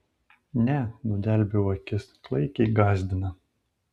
ne nudelbiau akis klaikiai gąsdina